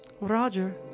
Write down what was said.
Roger